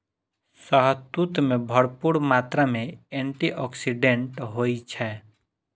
शहतूत मे भरपूर मात्रा मे एंटी आक्सीडेंट होइ छै